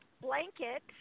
blanket